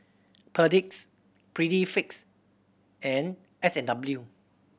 Perdix Prettyfit and S and W